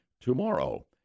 tomorrow